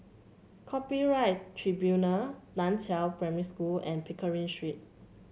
Copyright Tribunal Nan Chiau Primary School and Pickering Street